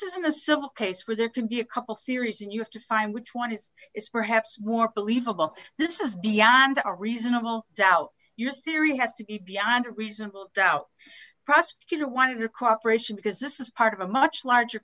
isn't a civil case where there could be a couple theories and you have to find which one is perhaps more believable this is beyond a reasonable doubt your theory has to be beyond a reasonable doubt prosecutor one of your cooperation because this is part of a much larger